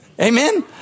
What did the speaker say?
Amen